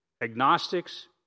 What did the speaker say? agnostics